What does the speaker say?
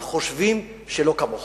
אבל חושבים שלא כמוך.